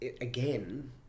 again